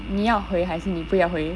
你要回还是你不要回